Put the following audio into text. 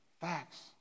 Facts